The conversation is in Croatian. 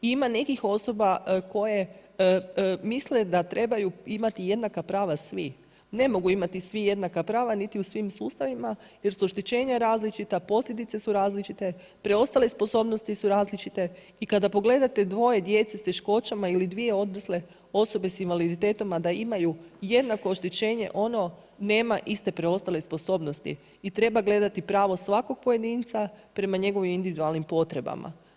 Ima nekih osoba koje misle da trebaju imati jednaka prava svi. ne mogu imati svi jednaka prava niti u svim sustavima jer su oštećenja različita, posljedice su različite, preostale sposobnosti su različite i kada pogledate dvoje djece s teškoćama ili dvije odrasle osobe s invaliditetom, a da imaju jednako oštećenje ono nema iste preostale sposobnosti i treba gledati pravo svakog pojedinca prema njegovim individualnim potrebama.